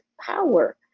power